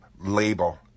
label